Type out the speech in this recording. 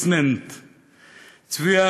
צביה